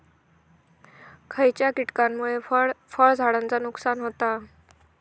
खयच्या किटकांमुळे फळझाडांचा नुकसान होता?